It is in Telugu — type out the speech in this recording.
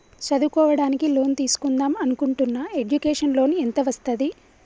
చదువుకోవడానికి లోన్ తీస్కుందాం అనుకుంటున్నా ఎడ్యుకేషన్ లోన్ ఎంత వస్తది?